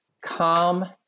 calm